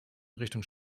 richtung